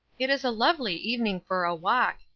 it is a lovely evening for a walk,